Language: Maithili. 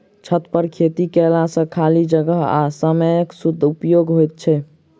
छतपर खेती कयला सॅ खाली जगह आ समयक सदुपयोग होइत छै